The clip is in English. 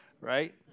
right